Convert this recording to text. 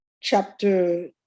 chapter